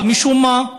אבל משום מה,